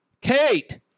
Kate